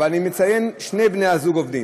אני מציין: שני בני הזוג עובדים.